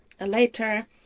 later